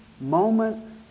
moment